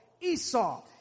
Esau